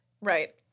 Right